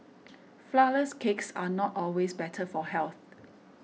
Flourless Cakes are not always better for health